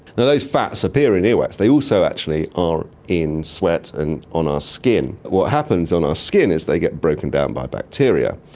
those fats appear in earwax. they also actually are in sweat and on our skin. what happens on our skin is they get broken down by bacteria,